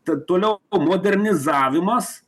tad toliau modernizavimas